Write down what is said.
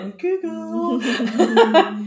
Google